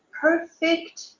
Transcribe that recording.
perfect